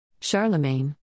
Charlemagne